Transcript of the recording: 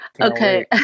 Okay